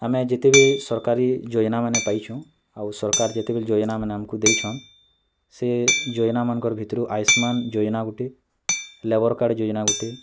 ଆମେ ଯେତେବେଲେ ସରକାରୀ ଯୋଜନାମାନେ ପାଇଛୁ ଆଉ ସରକାର ଯେତେବେଳେ ଯୋଜନାମାନେ ଆମ୍କୁ ଦେଇଛନ୍ ସେ ଯୋଜନାମାନଙ୍କ ଭିତରୁ ଆୟୁଷ୍ନାନ୍ ଯୋଜନା ଗୁଟିଏ ଲେବର୍ କାର୍ଡ଼ ଯୋଜନା ଗୁଟେ